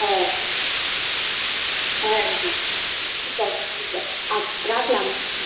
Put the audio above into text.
হ্যাঁ হ্যাঁ হ্যাঁ ঠিক আছে ঠিক আছে আচ্ছা রাখলাম হুম